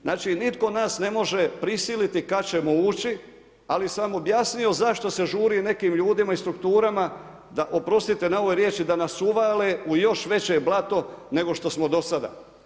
Znači, nitko nas ne može prisiliti kad ćemo ući, ali sam objasnio zašto se žuri nekim ljudima i strukturama da oprostite na ovoj riječi, da nas uvale u još veće blato nego što smo dosada.